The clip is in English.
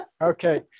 Okay